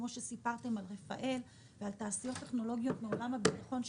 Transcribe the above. כמו רפאל ותעשיות טכנולוגיות אחרות מעולם הביטחון,